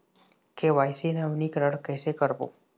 KYC नवीनीकरण कैसे करबो?